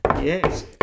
Yes